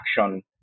action